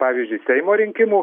pavyzdžiui seimo rinkimų